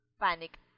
panic